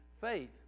faith